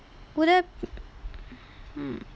would there hmm